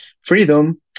freedom